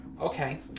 okay